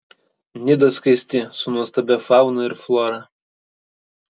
nida skaisti su nuostabia fauna ir flora